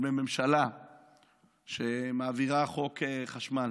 מממשלה שמעבירה חוק חשמל